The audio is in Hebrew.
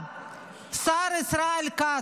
השר ישראל כץ,